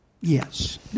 Yes